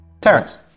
Terence